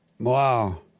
Wow